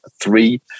three